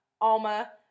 Alma